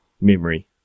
Memory